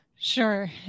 Sure